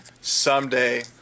someday